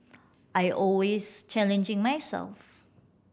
I always challenging myself